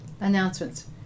announcements